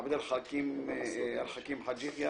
עבד אל חכים חאג' יחיא,